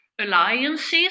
alliances